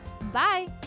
Bye